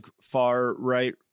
far-right